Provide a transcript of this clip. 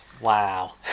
Wow